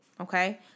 okay